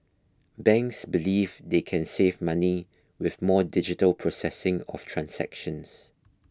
banks believe they can save money with more digital processing of transactions